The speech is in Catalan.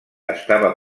estava